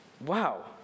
wow